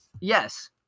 yes